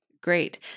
great